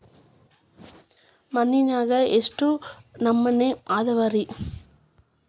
ಮಣ್ಣಿನಾಗ ಎಷ್ಟು ನಮೂನೆ ಅದಾವ ರಿ?